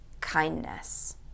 kindness